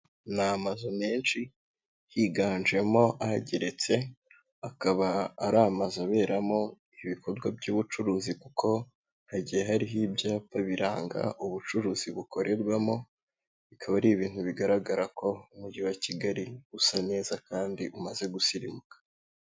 Ni amazu menshi higanjemo ageretse, akaba ari amazu aberamo ibikorwa by'ubucuruzi kuko hagiye hariho ibyapa biranga ubucuruzi bukorerwamo bikaba ari ibintu bigaragara ko umujyi wa Kigali usa neza kandi umaze gusirimuka.